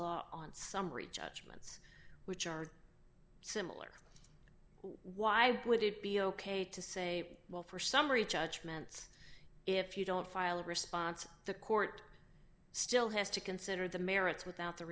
law on summary judgments which are similar why would it be ok to say well for summary judgment if you don't file a response the court still has to consider the merits without the